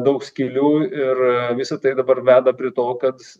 daug skylių ir visa tai dabar veda prie to kad